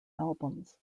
albums